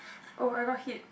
oh I got hit